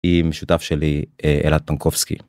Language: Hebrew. עם שותף שלי אלעד פנקובסקי.